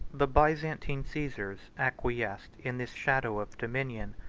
the byzantine caesars acquiesced in this shadow of dominion,